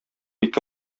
ике